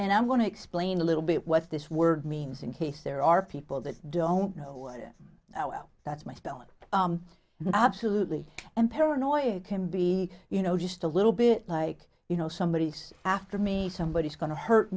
and i'm going to explain a little bit what this word means in case there are people that don't know well that's my spelling absolutely and paranoid can be you know just a little bit like you know somebody after me somebody is going to hurt